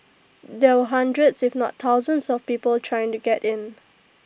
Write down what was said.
there were hundreds if not thousands of people trying to get in